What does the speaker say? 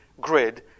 grid